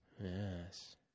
yes